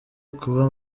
kuba